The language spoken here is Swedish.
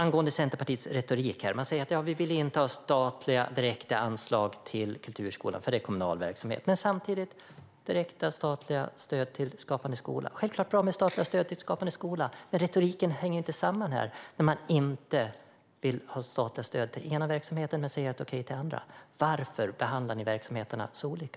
Centerpartiets retorik går ut på att man inte vill ha direkta statliga anslag till kulturskolan, eftersom det är kommunal verksamhet. Men samtidigt ger man direkta statliga stöd till Skapande skola. Självklart är det bra med statliga stöd till Skapande skola. Men retoriken hänger inte samman. Man vill inte ha statliga stöd till den ena verksamheten men säger okej till statliga stöd till den andra. Varför behandlar ni verksamheterna så olika?